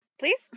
please